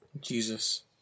Jesus